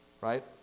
Right